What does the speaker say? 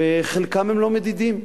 וחלקם הם לא מדידים.